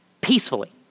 Peacefully